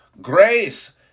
Grace